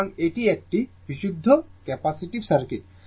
সুতরাং এটি একটি বিশুদ্ধ ক্যাপাসিটিভ সার্কিট